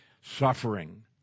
suffering